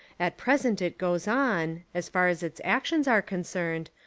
at present it goes on, as far as its actions are con cerned,